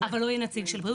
אבל לא יהיה נציג של בריאות.